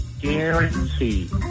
Guarantee